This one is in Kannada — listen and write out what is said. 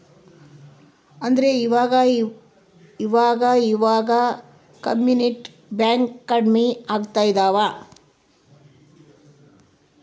ಆದ್ರೆ ಈವಾಗ ಇವಾಗ ಕಮ್ಯುನಿಟಿ ಬ್ಯಾಂಕ್ ಕಡ್ಮೆ ಆಗ್ತಿದವ